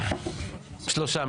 שלושה.